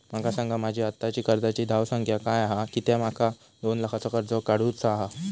माका सांगा माझी आत्ताची कर्जाची धावसंख्या काय हा कित्या माका दोन लाखाचा कर्ज काढू चा हा?